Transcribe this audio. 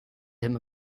him